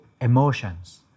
emotions